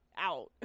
out